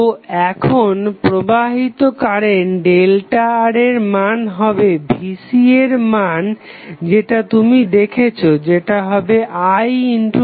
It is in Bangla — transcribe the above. তো এখন প্রবাহিত কারেন্ট ΔI এর মান হবে Vc এর মান যেটা তুমি দেখেছো যেটা হবে IΔR